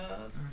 love